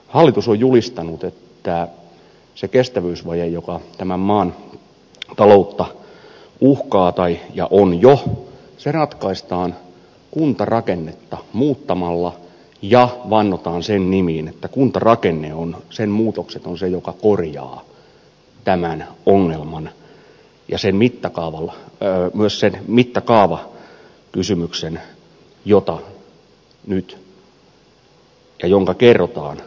hallitus on julistanut että se kestävyysvaje joka tämän maan taloutta uhkaa ja on jo olemassa ratkaistaan kuntarakennetta muuttamalla ja vannotaan sen nimiin että kuntarakenteen muutokset on se mikä korjaa tämän ongelman ja myös sen mittakaavakysymyksen jonka kerrotaan nyt ratkaisevan tämän kestävyysvajeen